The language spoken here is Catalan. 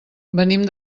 venim